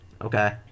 Okay